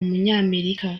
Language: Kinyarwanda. umunyamerika